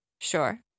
Sure